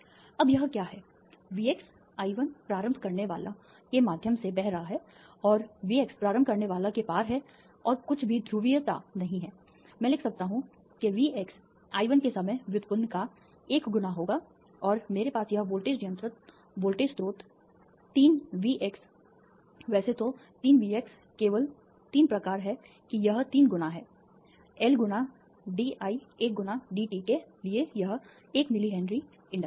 अब यह क्या है V x I 1 प्रारंभ करनेवाला के माध्यम से बह रहा है और V x प्रारंभ करनेवाला के पार है और कुछ भी ध्रुवीयता नहीं है मैं लिख सकता हूं कि V x I 1 के समय व्युत्पन्न का l गुना होगा और मेरे पास यह वोल्टेज नियंत्रण वोल्टेज स्रोत 3 वी एक्स वैसे तो ३ वी एक्स केवल ३ प्रकार है कि यह 3 गुना है एल गुणा डीआई १ गुणा डीटी के लिए यह 1 मिली हेनरी इंडक्टर्स है